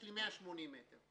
יש לי 180 מ'.